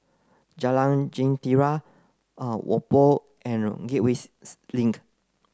Jalan Jentera Whampoa and Gateway Link